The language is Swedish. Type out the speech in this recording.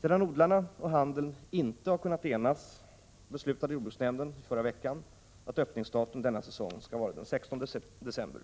Sedan odlarna och handeln inte kunnat enas beslutade jordbruksnämnden i förra veckan att öppningsdatum denna säsong skall vara den 16 december.